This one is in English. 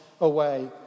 away